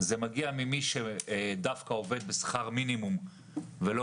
זה מגיע ממי שעובד דווקא בשכר מינימום ולא